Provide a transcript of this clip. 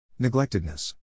Neglectedness